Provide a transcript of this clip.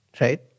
right